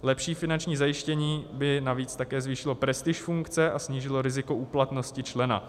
Lepší finanční zajištění by navíc také zvýšilo prestiž funkce a snížilo riziko úplatnosti člena.